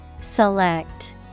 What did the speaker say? Select